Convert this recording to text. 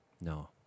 No